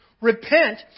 repent